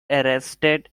arrested